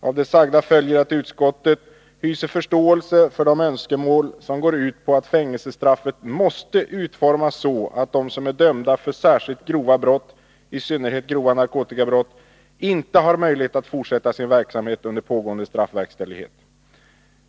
Av det sagda följer att utskottet hyser förståelse för de motionsönskemål som går ut på att fängelsestraffet måste utformas så att de som är dömda för särskilt grova brott, i synnerhet grova narkotikabrott, inte har möjlighet att fortsätta sin verksamhet under pågående straffverkställighet.